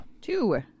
Two